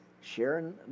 sharing